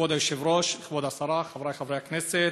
כבוד היושב-ראש, כבוד השרה, חברי חברי הכנסת,